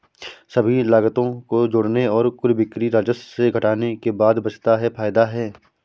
सभी लागतों को जोड़ने और कुल बिक्री राजस्व से घटाने के बाद बचता है फायदा है